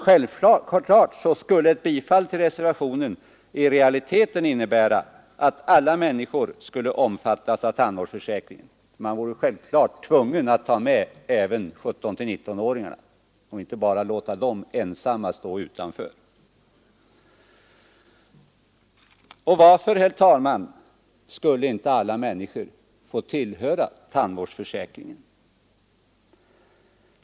Självfallet skulle emellertid ett bifall till reservationen i realiteten innebära att alla människor skulle omfattas av tandvårdsförsäkringen; man vore givetvis tvungen att ta med även 17—19-åringarna och inte låta dem ensamma stå utanför. Varför, herr talman, skall inte alla människor få tillhöra tandvårdsförsäkringen?